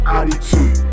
attitude